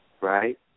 Right